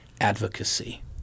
advocacy